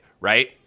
right